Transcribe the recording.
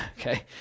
okay